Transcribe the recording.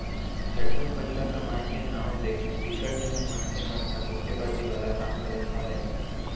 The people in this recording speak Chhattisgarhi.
झटकुन पइसा कमाए के नांव लेके बिकट झन मनसे मन ह धोखेबाजी वाला काम करत हावय